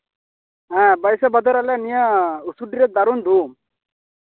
ᱦᱮᱸ ᱵᱟᱭᱤᱥᱮ ᱵᱷᱟᱫᱚᱨ ᱨᱮ ᱟᱞᱮ ᱱᱤᱭᱟᱹ ᱩᱥᱩᱰᱤᱨᱮ ᱫᱟᱨᱩᱱ ᱫᱷᱩᱢ